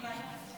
לא היה,